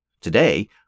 Today